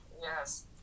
Yes